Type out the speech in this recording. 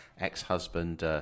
ex-husband